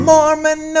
Mormon